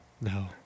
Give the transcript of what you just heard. No